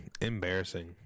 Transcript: Embarrassing